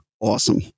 awesome